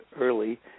early